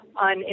on